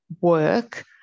work